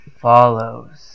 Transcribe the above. follows